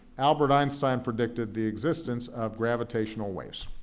albert einstein predicted the existence of gravitational waves.